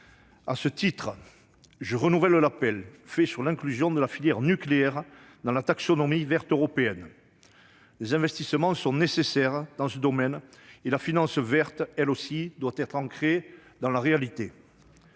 À ce titre, je renouvelle l'appel fait sur l'inclusion de la filière nucléaire dans la taxonomie verte européenne. Les investissements sont nécessaires dans ce domaine et la finance verte, elle aussi, doit être ancrée dans la réalité.